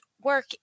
work